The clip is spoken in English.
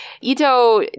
Ito